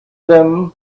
them